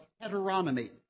heteronomy